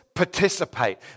participate